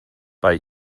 bei